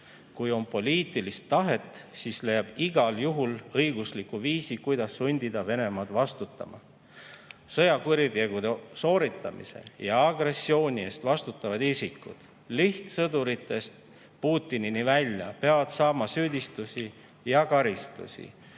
Kui on poliitilist tahet, siis leiab igal juhul õigusliku viisi, kuidas sundida Venemaad vastutama. Sõjakuritegude sooritamise ja agressiooni eest vastutavad isikud lihtsõduritest Putinini välja peavad saama süüdistusi ja karistusi